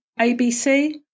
ABC